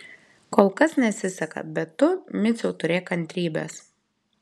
kol kas nesiseka bet tu miciau turėk kantrybės